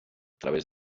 través